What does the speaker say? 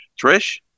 Trish